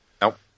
Nope